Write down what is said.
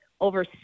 over